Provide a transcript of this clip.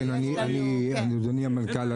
סגן שר החקלאות ופיתוח הכפר משה אבוטבול: אדוני המנכ"ל,